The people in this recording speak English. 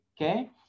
okay